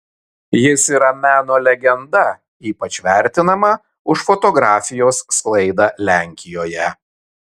jis yra meno legenda ypač vertinama už fotografijos sklaidą lenkijoje